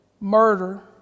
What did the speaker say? murder